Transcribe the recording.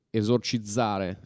esorcizzare